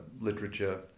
literature